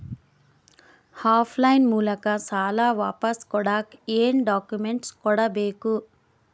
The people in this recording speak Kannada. ಆಫ್ ಲೈನ್ ಮೂಲಕ ಸಾಲ ವಾಪಸ್ ಕೊಡಕ್ ಏನು ಡಾಕ್ಯೂಮೆಂಟ್ಸ್ ಕೊಡಬೇಕು?